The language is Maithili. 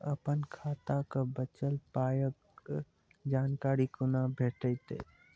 अपन खाताक बचल पायक जानकारी कूना भेटतै?